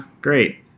Great